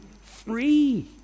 free